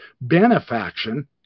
benefaction